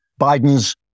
Biden's